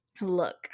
look